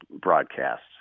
broadcasts